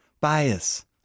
bias